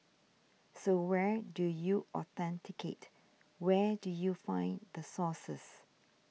so where do you authenticate where do you find the sources